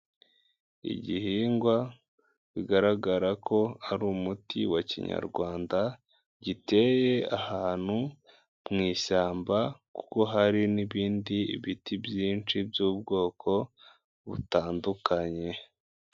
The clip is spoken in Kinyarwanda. Igihingwa bigaragara ko hari umuti wa kinyarwanda, giteye ahantu mu ishyamba kuko hari n'ibindi biti byinshi by'ubwoko butandukanye.